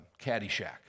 Caddyshack